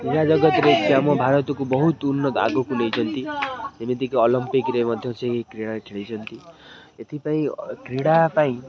କ୍ରୀଡ଼ା ଜଗତରେ ସେ ଆମ ଭାରତକୁ ବହୁତ ଉନ୍ନତ ଆଗକୁ ନେଇଛନ୍ତି ଯେମିତିକି ଅଲମ୍ପିକରେ ମଧ୍ୟ ସେ କ୍ରୀଡ଼ା ଖେଳିଛନ୍ତି ଏଥିପାଇଁ କ୍ରୀଡ଼ା ପାଇଁ